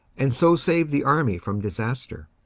and so saved the army from disaster.